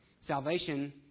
Salvation